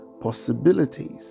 possibilities